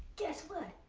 guess what?